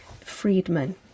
Friedman